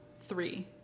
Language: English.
three